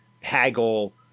haggle